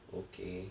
okay